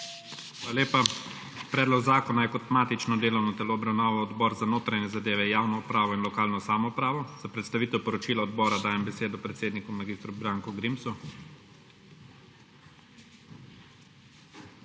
Hvala lepa. Predlog zakona je kot matično delovno telo obravnaval Odbor za notranje zadeve, javno upravo in lokalno samoupravo. Za predstavitev poročila odbora dajem besedo predsedniku mag. Branku Grimsu.